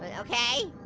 but okay.